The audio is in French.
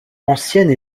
ancienne